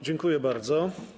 Dziękuję bardzo.